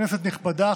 כנסת נכבדה,